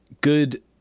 good